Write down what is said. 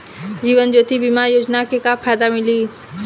जीवन ज्योति बीमा योजना के का फायदा मिली?